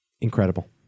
Incredible